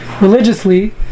religiously